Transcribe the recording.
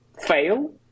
fail